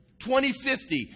2050